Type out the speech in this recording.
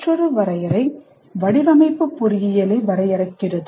மற்றொரு வரையறை வடிவமைப்பு பொறியியலை வரையறுக்கிறது